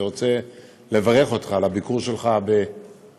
אני רוצה לברך אותך על הביקור שלך ברוסיה,